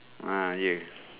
ah ya